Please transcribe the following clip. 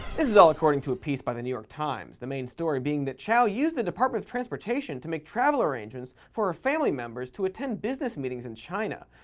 is is all according to a piece by the new york times, the main story being that chao used the department of transportation to make travel arrangements for her ah family members to attend business meetings in china.